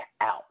out